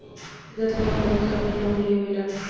व्यक्तिगत लोन बहुत कमे लोग लेवेला